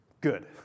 good